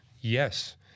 Yes